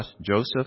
Joseph